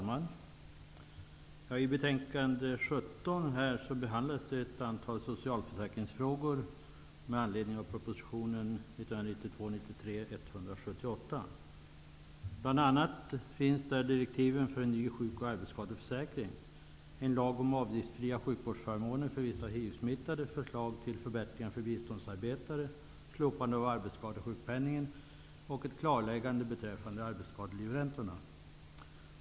Herr talman! I socialförsäkringsutskottets betänkande 17 behandlas med anledning av proposition 1992/93:178 ett antal socialförsäkringsfrågor. Där finns bl.a. direktiven för en ny sjuk och arbetsskadeförsäkring, förslag till lag om avgiftsfria sjukvårdsförmåner för vissa hivsmittade, förslag till förbättringar för biståndsarbetare, förslag till slopande av arbetsskadesjukpenningen och ett klarläggande beträffande arbetsskadelivräntorna.